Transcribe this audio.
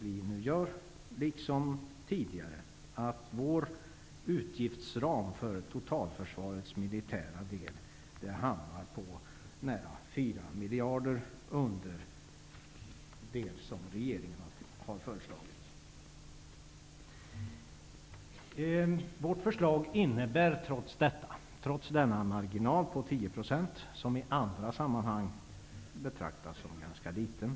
Vänsterpartiets föreslagna utgiftsram för totalförsvarets militära del är nära 4 miljarder mindre än det som regeringen har föreslagit. Vårt förslag innebär en marginal på 10 %. Det betraktas i andra sammanhang som ganska litet.